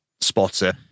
spotter